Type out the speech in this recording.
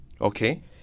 Okay